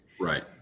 Right